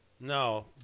No